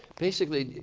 basically